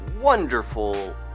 wonderful